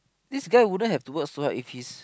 this guy wouldn't have to work so hard if his